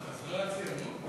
מה, חזרה הציונות?